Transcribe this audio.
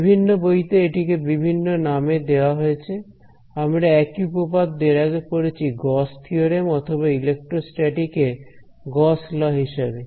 বিভিন্ন বইতে এটিকে বিভিন্ন নামে দেয়া হয়েছে আমরা একই উপপাদ্য এর আগে পড়েছি গস থিওরেম অথবা ইলেকট্রোস্ট্যাটিক এ গস ল হিসাবে